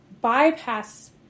bypass